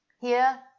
Here